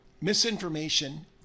Misinformation